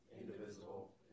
indivisible